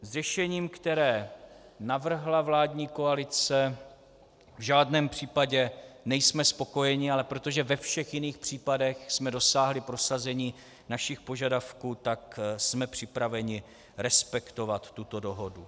S řešením, které navrhla vládní koalice, v žádném případě nejsme spokojeni, ale protože ve všech jiných případech jsme dosáhli prosazení našich požadavků, tak jsme připraveni respektovat tuto dohodu.